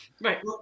right